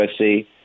USC